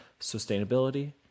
sustainability